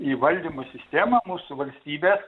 į valdymo sistemą mūsų valstybė